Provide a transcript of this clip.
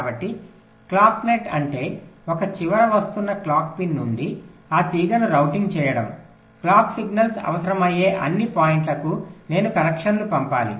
కాబట్టి clock net అంటే ఒక చివర వస్తున్న క్లాక్ పిన్ నుండి ఆ తీగను రౌటింగ్ చేయడం క్లాక్ సిగ్నల్ అవసరమయ్యే అన్ని పాయింట్లకు నేను కనెక్షన్లను పంపాలి